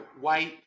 white